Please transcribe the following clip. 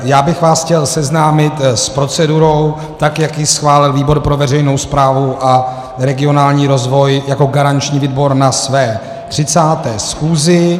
Já bych vás chtěl seznámit s procedurou, jak ji schválil výbor pro veřejnou správu a regionální rozvoj jako garanční výbor na své 30. schůzi.